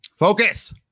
Focus